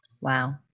Wow